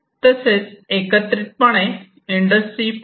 तसेच एकत्रितपणे इंडस्ट्री 4